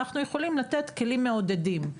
אנחנו יכולים לתת כלים מעודדים,